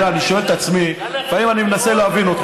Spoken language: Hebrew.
לפעמים אני שואל את עצמי, מנסה להבין אותך.